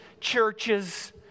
churches